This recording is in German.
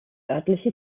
örtliche